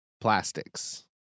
Plastics